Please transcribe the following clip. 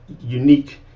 unique